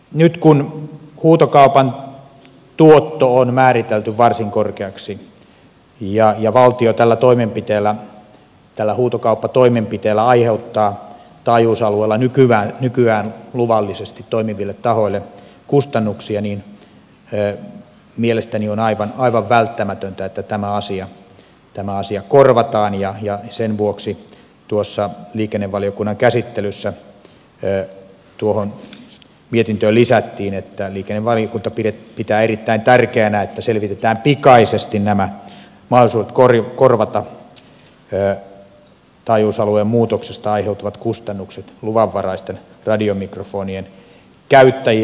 nyt kun huutokaupan tuotto on määritelty varsin korkeaksi ja valtio tällä huutokauppatoimenpiteellä aiheuttaa taajuusalueella nykyään luvallisesti toimiville tahoille kustannuksia mielestäni on aivan välttämätöntä että tämä asia korvataan ja sen vuoksi liikennevaliokunnan käsittelyssä tuohon mietintöön lisättiin että liikennevaliokunta pitää erittäin tärkeänä että selvitetään pikaisesti mahdollisuudet korvata taajuusalueen muutoksesta aiheutuvat kustannukset luvanvaraisten radiomikrofonien käyttäjille